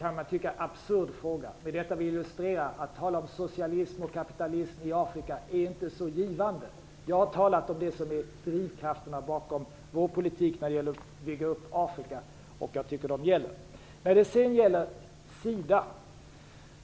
Man kan tycka att det är en absurd fråga. Med detta vill jag illustrera att det inte är så givande att tala om socialism och kapitalism i Afrika. Jag har talat om det som är drivkrafterna bakom vår politik när det gäller att bygga upp Afrika, och jag tycker att de gäller fortfarande. När det gäller kritiken mot